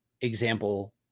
example